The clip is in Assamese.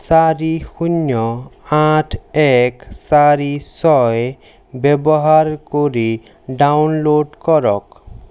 চাৰি শূন্য আঠ এক চাৰি ছয় ব্যৱহাৰ কৰি ডাউনল'ড কৰক